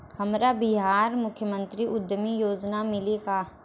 हमरा बिहार मुख्यमंत्री उद्यमी योजना मिली का?